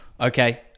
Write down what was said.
Okay